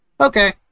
Okay